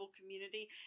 community